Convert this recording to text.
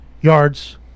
yards